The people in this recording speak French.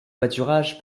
pâturage